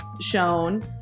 shown